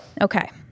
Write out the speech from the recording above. okay